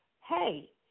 hey